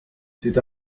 c’est